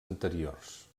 anteriors